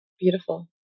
beautiful